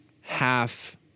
half